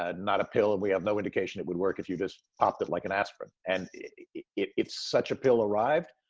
ah not a pill and we have no indication it would work if you just popped it like an aspirin and if such a pill arrived,